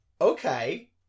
okay